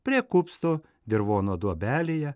prie kupsto dirvono duobelėje